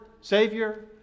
Savior